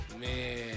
man